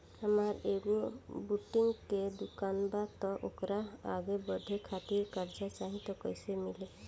हमार एगो बुटीक के दुकानबा त ओकरा आगे बढ़वे खातिर कर्जा चाहि त कइसे मिली?